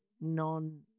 non